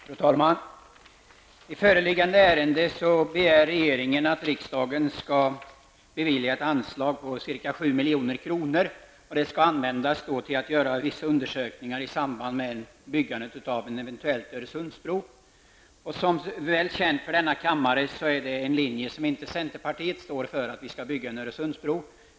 Fru talman! I föreliggande ärende begär regeringen att riksdagen skall bevilja ett anslag på ca 7 milj.kr. Det skall användas till att göra vissa undersökningar i samband med byggandet av en eventuell Öresundsbro. Som är väl känt för denna kammare anser vi i centerpartiet inte att det skall byggas en Öresundsbro.